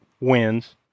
wins